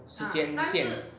时间限